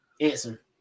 Answer